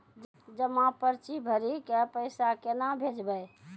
जमा पर्ची भरी के पैसा केना भेजबे?